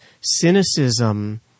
cynicism